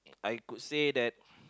I could say that